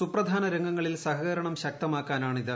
സുപ്രധാന രംഗങ്ങളിൽ സഹകരണം ശക്തമാക്കാനാണിത്